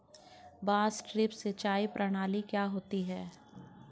बांस ड्रिप सिंचाई प्रणाली क्या होती है?